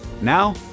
Now